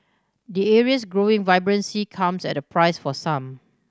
the area's growing vibrancy comes at a price for some